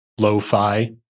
lo-fi